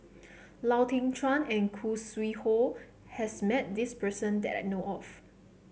Lau Teng Chuan and Khoo Sui Hoe has met this person that I know of